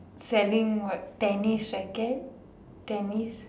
sending what tennis racket tennis